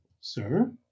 Sir